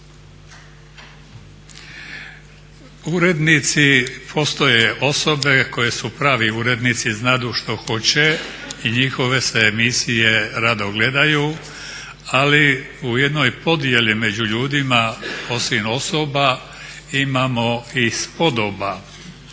Urednici, postoje osobe koje su pravi urednici, znadu što hoće i njihove se emisije rado gledaju. Ali u jednoj podjeli među ljudima osim osoba imamo i spodoba.